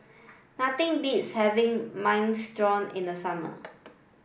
nothing beats having Minestrone in the summer